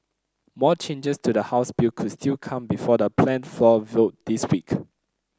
more changes to the House bill could still come before the planned floor vote this week